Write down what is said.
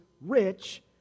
rich